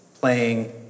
playing